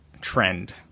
trend